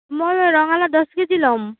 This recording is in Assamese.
মই ৰঙালাও দচ কেজি ল'ম